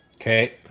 Okay